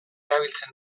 erabiltzen